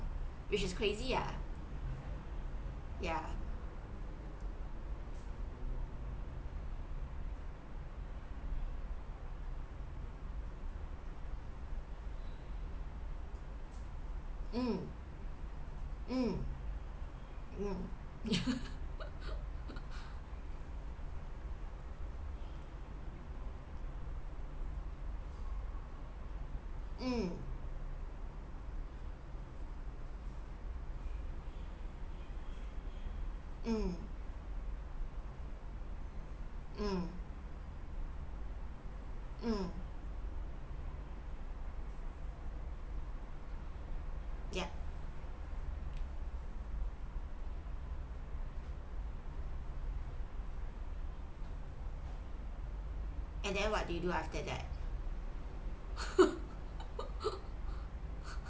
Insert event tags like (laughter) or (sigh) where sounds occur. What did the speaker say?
which is crazy ah ya mm mm mm yeah (laughs) mm mm mm mm yup and then what do you do after that (laughs)